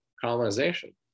colonization